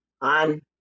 on